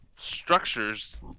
structures